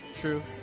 True